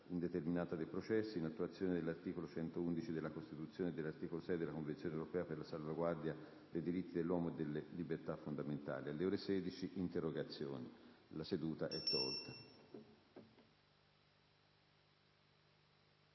indeterminata dei processi, in attuazione dell'articolo 111 della Costituzione e dell'articolo 6 della Convenzione europea per la salvaguardia dei diritti dell'uomo e delle libertà fondamentali», introduce nell'ordinamento